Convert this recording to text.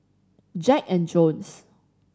Jack and Jones